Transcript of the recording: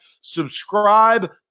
Subscribe